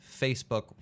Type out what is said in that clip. Facebook